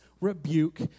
rebuke